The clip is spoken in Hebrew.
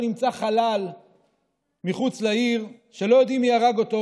נמצא חלל מחוץ לעיר שלא יודעים מי הרג אותו,